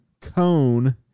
cone